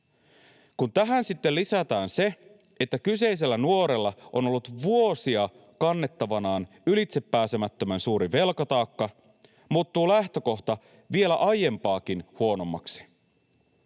Kun tähän sitten lisätään se, että kyseisellä nuorella on ollut vuosia kannettavanaan ylitsepääsemättömän suuri velkataakka, muuttuu lähtökohta vielä aiempaakin huonommaksi.